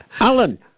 Alan